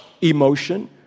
emotion